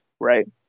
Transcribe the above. right